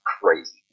crazy